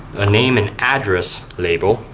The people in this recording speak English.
a name and address label.